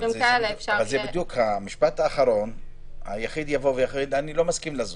אבל במשפט האחרון היחיד יחליט שהוא לא מסכים לזום.